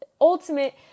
ultimate